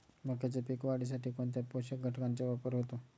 मक्याच्या पीक वाढीसाठी कोणत्या पोषक घटकांचे वापर होतो?